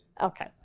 Okay